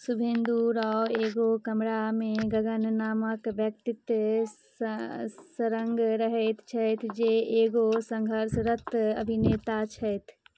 शुभेन्दु रॉय एगो कमरामे गगन नामक व्यक्तिक सङ्ग रहैत छथि जे एगो सङ्घर्षरत अभिनेता छथि